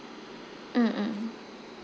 mm mm